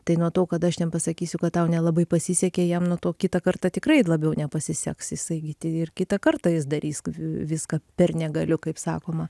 tai nuo to kad aš jam pasakysiu kad tau nelabai pasisekė jam nuo to kitą kartą tikrai labiau nepasiseks jisai gi ti ir kitą kartą jis darys viską per negaliu kaip sakoma